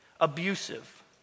abusive